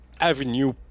avenue